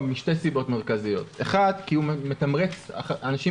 משתי סיבות מרכזיות: הוא מתמרץ אנשים